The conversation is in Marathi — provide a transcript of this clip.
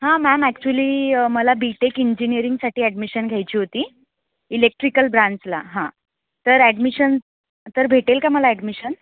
हां मॅम ॲक्चुअली मला बी टेक इंजिनीअरिंगसाठी ॲडमिशन घ्यायची होती इलेक्ट्रिकल ब्रँचला हां तर ॲडमिशन तर भेटेल का मला ॲडमिशन